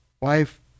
wife